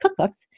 cookbooks